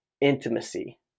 intimacy